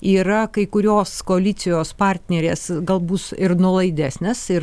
yra kai kurios koalicijos partnerės gal bus ir nuolaidesnės ir